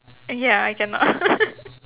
ya I cannot